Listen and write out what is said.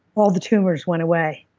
all the tumors went away.